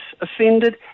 offended